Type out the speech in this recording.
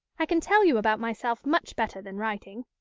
i can tell you about myself much better than writing.